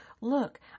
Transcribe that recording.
look